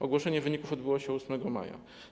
Ogłoszenie wyników odbyło się 8 maja.